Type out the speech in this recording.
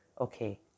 Okay